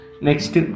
Next